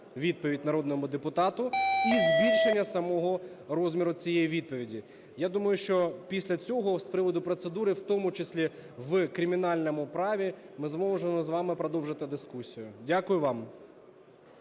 відповіді народному депутату і збільшення самого розміру цієї відповіді. Я думаю, що після цього з приводу процедури, в тому числі в кримінальному праві, ми зможемо з вами продовжити дискусію. Дякую вам.